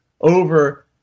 over